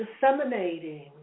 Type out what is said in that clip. disseminating